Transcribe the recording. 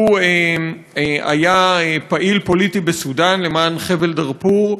הוא היה פעיל פוליטי בסודאן למען חבל-דארפור.